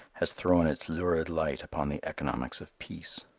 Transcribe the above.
has thrown its lurid light upon the economics of peace.